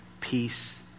peace